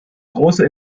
große